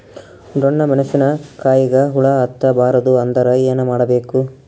ಡೊಣ್ಣ ಮೆಣಸಿನ ಕಾಯಿಗ ಹುಳ ಹತ್ತ ಬಾರದು ಅಂದರ ಏನ ಮಾಡಬೇಕು?